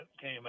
came